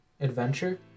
adventure